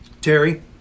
Terry